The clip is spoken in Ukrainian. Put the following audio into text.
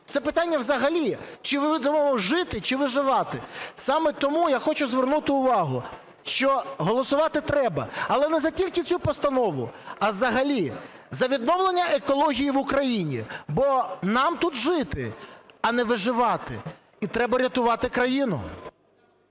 Це питання взагалі, чи ми будемо жити чи виживати? Саме тому, я хочу звернути увагу, що голосувати треба, але не тільки за цю постанову, а взагалі за відновлення екології в України, бо нам тут жити, а не виживати, і треба рятувати країну.